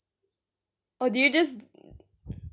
or did you just